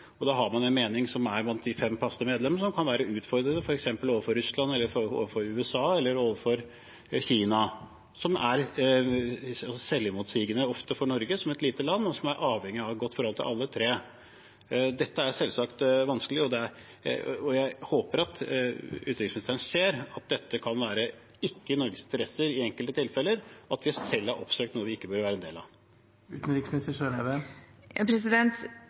Og har man en mening blant de fem faste medlemmene som kan være utfordrende overfor f.eks. Russland, USA eller Kina, er det ofte selvmotsigende for Norge som et lite land som er avhengig av et godt forhold til alle tre. Dette er selvsagt vanskelig, og jeg håper at utenriksministeren ser at dette ikke kan være i Norges interesse i enkelte tilfeller, og at vi selv har oppsøkt noe vi ikke bør være en del av.